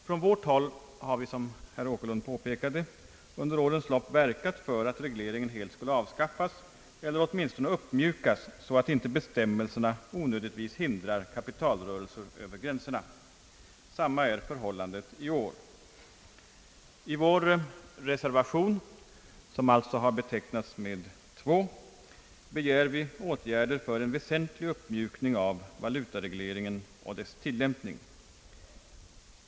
Från vårt håll har vi, som herr Åkerlund påpekade, under årens lopp ver kat för att regleringen helt skulle avskaffas eller åtminstone uppmjukas så att inte bestämmelserna onödigtvis hindrar kapitalrörelser över gränserna. Samma är förhållandet i år. I vår reservation, som alltså har betecknats med 2, begär vi åtgärder för en väsentlig uppmjukning av valutaregleringen och dess tillämpning.